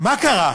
מה קרה?